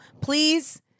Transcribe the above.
please